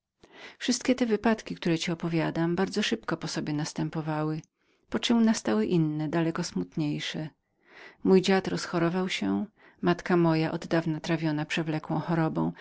wszystkie te wypadki które ci opowiadam bardzo blizko po sobie następowały poczem nastały inne daleko smutniejsze mój dziad rozchorował się matka moja oddawna trawiona powolną